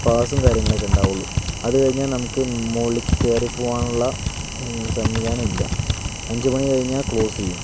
പാസും കാര്യങ്ങളൊക്കെ ഉണ്ടാകുകയുള്ളൂ അത് കഴിഞ്ഞാൽ നമുക്ക് മുകളിലേക്ക് കയറി പോകാനുള്ള സംവിധാനം ഇല്ല അഞ്ച് മണികഴിഞ്ഞാൽ ക്ലോസ് ചെയ്യും